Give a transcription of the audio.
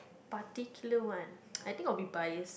particular one I think would be bias